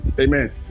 Amen